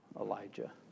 Elijah